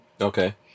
Okay